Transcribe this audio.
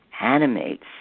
animates